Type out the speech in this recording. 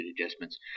adjustments